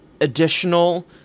additional